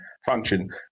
function